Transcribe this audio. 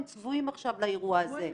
הם צבועים עכשיו לאירוע הזה.